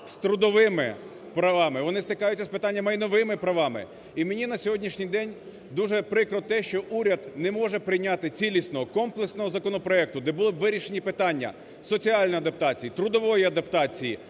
з трудовими правами, вони стикаються з питанням майновими правами. І мені на сьогоднішній день дуже прикро те, що уряд не може прийняти цілісного комплексного законопроекту, де були б вирішені питання соціальної адаптації, трудової адаптації,